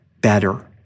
better